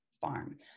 farm